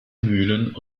mühlen